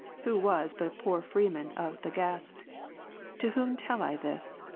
who was but a poor freeman of thagaste. to whom tell i this?